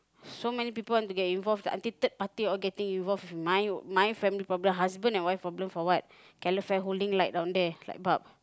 so many people want to get involved until third party all getting involved with my my family problem husband and wife problem for what calefare holding like down there like pub